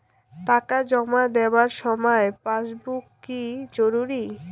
টাকা জমা দেবার সময় পাসবুক কি জরুরি?